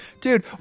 Dude